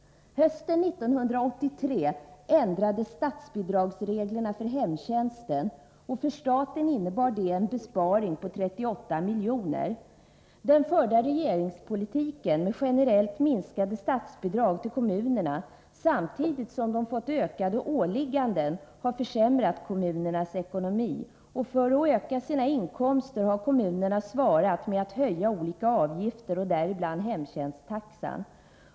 Hösten 1983 ändrades statsbidragsreglerna för hemtjänsten. För staten innebar detta en besparing på 38 milj.kr. Den förda regeringspolitiken med generellt minskade statsbidrag till kommunerna, samtidigt som kommunerna har fått ökade åligganden, har försämrat kommunernas ekonomi. För att öka sina inkomster har kommunerna svarat med att höja olika avgifter, däribland hemtjänsttaxan.